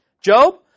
Job